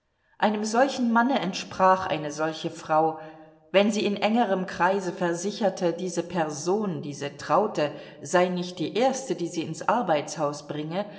einem solchen manne entsprach eine solche frau wenn sie in engerem kreise versicherte diese person diese traute sei nicht die erste die sie ins arbeitshaus bringe